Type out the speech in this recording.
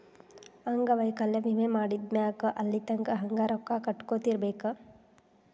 ಅಂಗವೈಕಲ್ಯ ವಿಮೆ ಮಾಡಿದ್ಮ್ಯಾಕ್ ಎಲ್ಲಿತಂಕಾ ಹಂಗ ರೊಕ್ಕಾ ಕಟ್ಕೊತಿರ್ಬೇಕ್?